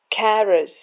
Carers